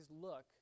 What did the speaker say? look